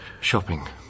Shopping